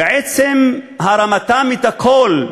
ועצם הרמתם את הקול,